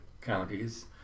counties